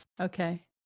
Okay